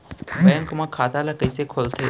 Bank म खाता ल कइसे खोलथे?